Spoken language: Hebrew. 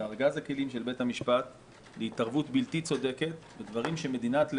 לארגז הכלים של בית המשפט להתערבות בלתי צודקת בדברים שמדינת לאום,